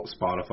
Spotify